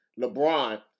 LeBron